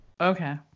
Okay